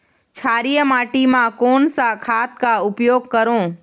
क्षारीय माटी मा कोन सा खाद का उपयोग करों?